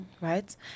Right